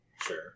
Sure